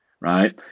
right